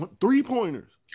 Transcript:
Three-pointers